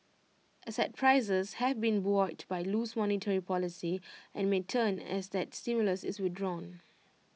asset prices have been buoyed by loose monetary policy and may turn as that stimulus is withdrawn